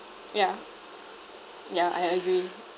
yeah ya I agree